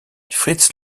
fritz